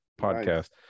podcast